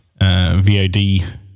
VOD